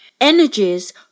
Energies